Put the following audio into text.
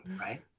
right